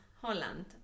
Holland